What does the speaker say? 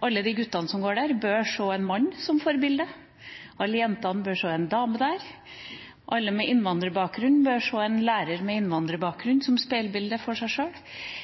alle guttene som går i skolen, bør se et mannlig forbilde, alle jentene bør få se en dame der, alle med innvandrerbakgrunn bør få se en lærer med innvandrerbakgrunn, som speilbilde av seg sjøl.